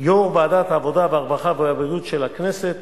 יושב-ראש ועדת העבודה והרווחה והבריאות של הכנסת,